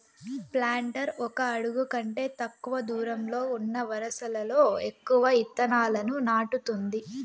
planter ఒక అడుగు కంటే తక్కువ దూరంలో ఉన్న వరుసలలో ఎక్కువ ఇత్తనాలను నాటుతుంది